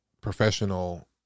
professional